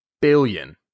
billion